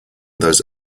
those